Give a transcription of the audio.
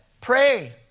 Pray